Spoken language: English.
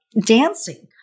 dancing